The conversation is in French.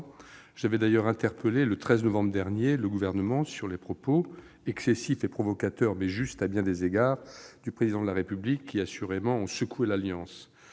j'avais d'ailleurs interpellé le Gouvernement sur les propos- excessifs et provocateurs, mais justes à bien des égards -du Président de la République, qui assurément ont secoué l'Alliance.